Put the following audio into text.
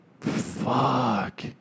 Fuck